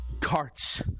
carts